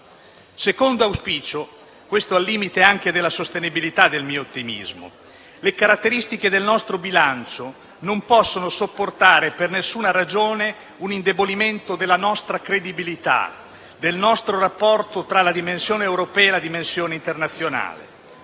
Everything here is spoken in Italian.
secondo auspicio è al limite della sostenibilità del mio ottimismo. Le caratteristiche del nostro bilancio non possono sopportare per nessuna ragione un indebolimento della nostra credibilità, del nostro rapporto tra la dimensione europea e la dimensione internazionale.